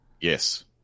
Yes